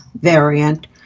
variant